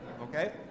Okay